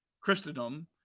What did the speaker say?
Christendom